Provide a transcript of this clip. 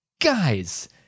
Guys